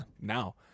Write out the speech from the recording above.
Now